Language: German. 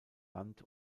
land